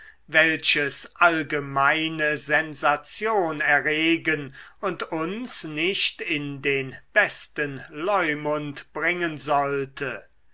welches allgemeine sensation erregen und uns nicht in den besten leumund bringen sollte